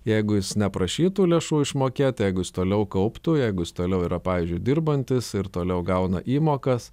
jeigu jis neprašytų lėšų išmokėti jeigu jis toliau kauptų jeigu toliau yra pavyzdžiui dirbantis ir toliau gauna įmokas